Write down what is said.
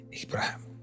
Abraham